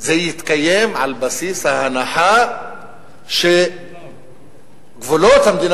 זה יתקיים על בסיס ההנחה שגבולות המדינה